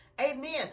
Amen